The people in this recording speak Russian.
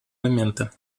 момента